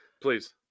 please